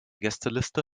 gästeliste